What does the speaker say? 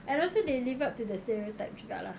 and also they live up to the stereotype juga lah